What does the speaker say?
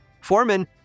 Foreman